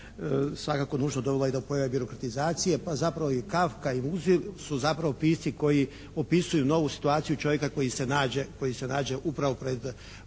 svakako nužno dovodi do pojave birokratizacije. Pa zapravo i Kafka i …/Govornik se ne razumije./… su zapravo pisci koji opisuju novu situaciju čovjeka koji se nađe upravo pred